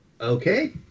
Okay